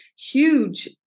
huge